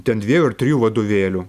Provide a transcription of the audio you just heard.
ten dviejų ar trijų vadovėlių